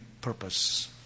purpose